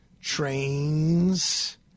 Trains